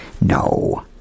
No